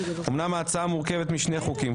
אמנם ההצעה מורכבת משני חוקים,